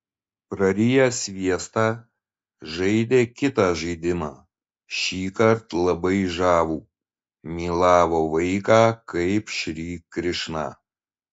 prariję sviestą žaidė kitą žaidimą šįkart labai žavų mylavo vaiką kaip šri krišną